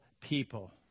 people